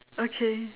okay